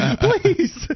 Please